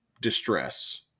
distress